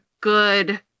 good